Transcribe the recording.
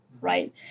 right